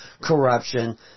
corruption